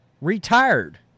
retired